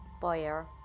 Boyer